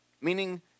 meaning